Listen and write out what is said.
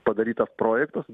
padarytas projektas